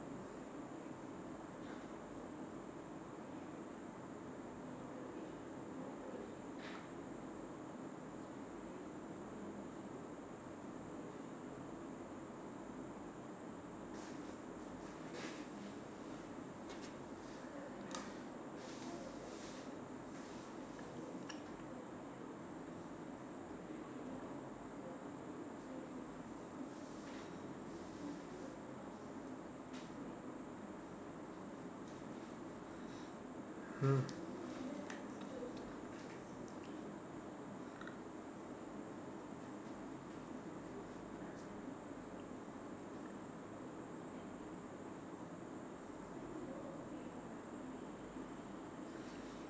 mm